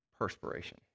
perspiration